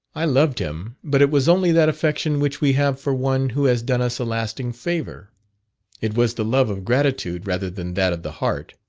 i loved him, but it was only that affection which we have for one who has done us a lasting favour it was the love of gratitude rather than that of the heart.